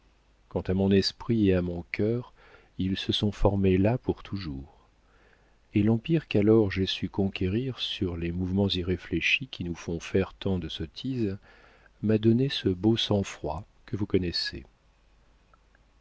quant à mon esprit et à mon cœur ils se sont formés là pour toujours et l'empire qu'alors j'ai su conquérir sur les mouvements irréfléchis qui nous font faire tant de sottises m'a donné ce beau sang-froid que vous connaissez